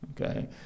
Okay